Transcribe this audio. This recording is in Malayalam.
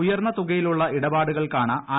ഉയർന്ന തുകയിലുള്ള ഇടപാടുകൾക്കാണ് ആർ